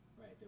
Right